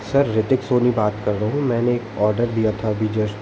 sir Ritik Soni बात कर रहा हूँ मैंने ऑर्डर दिया था अभी जस्ट